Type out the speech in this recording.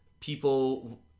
people